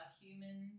human